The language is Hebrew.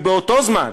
כי באותו זמן,